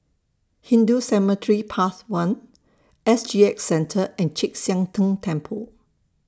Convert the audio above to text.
Hindu Cemetery Path one S G X Centre and Chek Sian Tng Temple